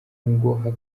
ngo